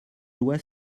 loi